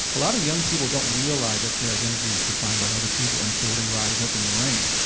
a lot of young people don't realize that their identity is defined by other people until they rise up in the ranks.